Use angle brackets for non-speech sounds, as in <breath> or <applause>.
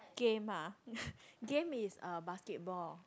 game ah <breath> game is uh basketball